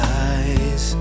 eyes